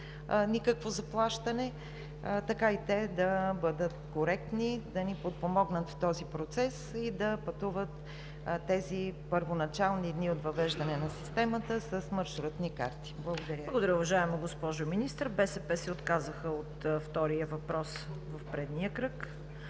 никакво заплащане, така и те да бъдат коректни да ни подпомогнат в този процес и да пътуват тези първоначални дни от въвеждането на системата с маршрутни карти. Благодаря Ви. ПРЕДСЕДАТЕЛ ЦВЕТА КАРАЯНЧЕВА: Благодаря, уважаема госпожо Министър. БСП се отказаха от втория въпрос в предния кръг.